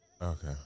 Okay